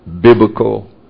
biblical